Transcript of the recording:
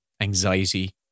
anxiety